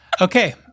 Okay